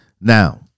Now